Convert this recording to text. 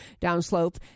downslope